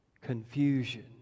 confusion